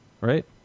right